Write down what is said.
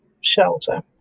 shelter